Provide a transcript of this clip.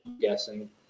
guessing